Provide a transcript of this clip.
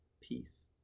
peace